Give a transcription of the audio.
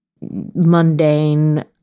mundane